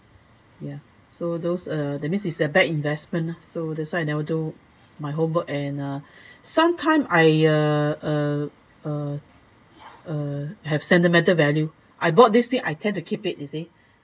ya so those uh that means it's a bad investment ah so that's why I never do my homework and uh sometimes I uh uh uh uh have sentimental value I bought this thing I tend to keep it you see